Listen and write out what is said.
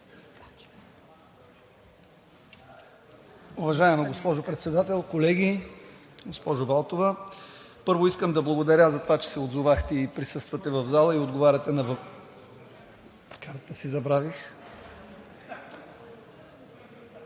Уважаема госпожо Председател, колеги! Госпожо Балтова, първо искам да благодаря за това, че се отзовахте, присъствате в залата и отговаряте на въпроси… Забравих